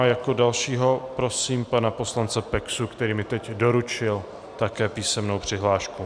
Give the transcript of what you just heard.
Jako dalšího prosím pana poslance Peksu, který mi teď doručil také písemnou přihlášku.